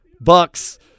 Bucks